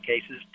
cases